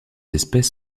espèces